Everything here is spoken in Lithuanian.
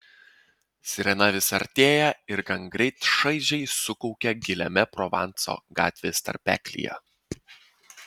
sirena vis artėja ir gangreit šaižiai sukaukia giliame provanso gatvės tarpeklyje